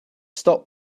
stop